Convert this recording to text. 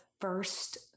first